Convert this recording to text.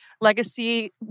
Legacy